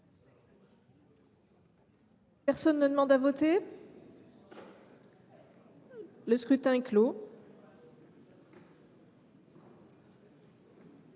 Personne ne demande plus à voter ?… Le scrutin est clos.